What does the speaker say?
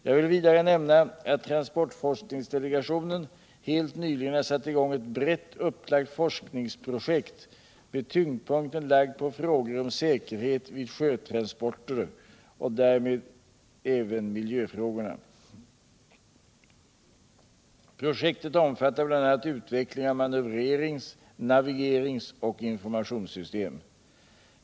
Jag vill vidare nämna att transportforskningsdelegationen helt nyligen har satt i gång ett brett upplagt forskningsprojekt med tyngdpunkten lagd på frågor om säkerhet vid sjötransporter och därmed även miljöfrågorna. Projektet omfattar bl.a. utveckling av manövrerings-, navigerings och informatiorissystem.